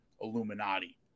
Illuminati